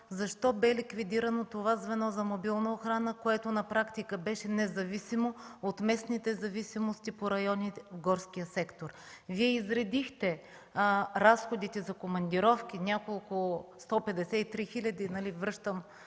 Защо бе ликвидирано това звено за мобилна охрана, което на практика беше независимо от местните зависимости по райони в горския сектор? Вие изредихте разходите за командировки – 153 хил. лв., цитирам